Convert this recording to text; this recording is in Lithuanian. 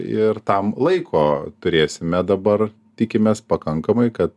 ir tam laiko turėsime dabar tikimės pakankamai kad